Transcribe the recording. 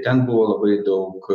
ten buvo labai daug